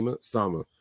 Sama